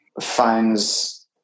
finds